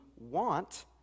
want